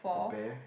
the bear